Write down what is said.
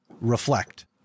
Reflect